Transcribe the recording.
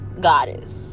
goddess